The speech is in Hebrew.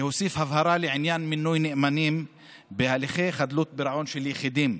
להוסיף הבהרה לעניין מינוי נאמנים בהליכי חדלות פירעון של יחידים.